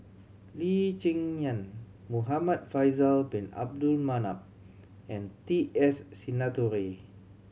Lee Cheng Yan Muhamad Faisal Bin Abdul Manap and T S Sinnathuray